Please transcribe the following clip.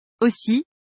Aussi